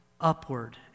upward